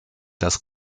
das